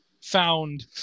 found